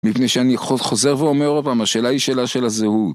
מפני שאני חוזר ואומר הפעם, השאלה היא שאלה של הזהות.